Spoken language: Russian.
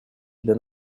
для